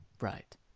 Right